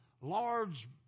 large